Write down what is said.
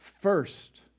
first